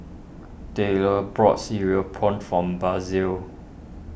Tylor brought Cereal Prawns form Basil